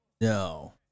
No